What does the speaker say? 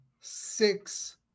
six